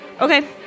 Okay